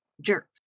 jerks